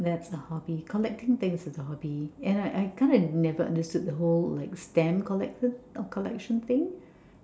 that's the hobby collecting things is a hobby and I I kind of never understood the whole like stamp collection of collection things